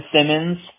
Simmons